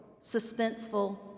suspenseful